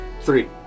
Three